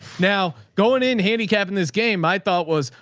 now going in handicap in this game, i thought was,